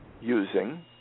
using